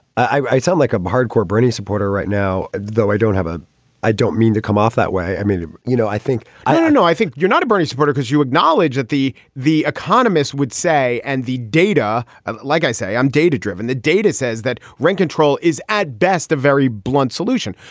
i i sound like a hardcore bernie supporter right now, though. i don't have a i don't mean to come off that way. i mean, you know, i think i don't know i think you're not a bernie supporter because you acknowledge that the the economists would say and the data, like i say, i'm data driven. the data says that rent control is at best a very blunt solution.